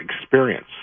experience